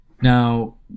Now